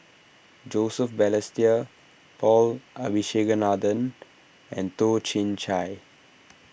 Joseph Balestier Paul Abisheganaden and Toh Chin Chye